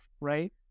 right